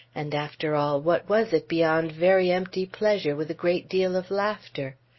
and after all, what was it beyond very empty pleasure, with a great deal of laughter?